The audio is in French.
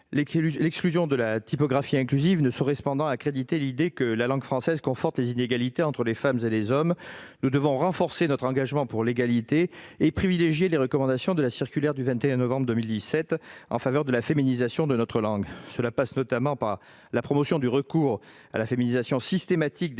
L'exclusion de la typographie inclusive ne saurait cependant accréditer l'idée que la langue française conforte les inégalités entre les femmes et les hommes. Nous devons renforcer notre engagement pour l'égalité, et privilégier les recommandations de la circulaire du 21 novembre 2017 en faveur de la féminisation de notre langue. Cela passe notamment par la promotion du recours à la féminisation systématique des